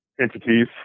entities